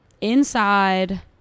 inside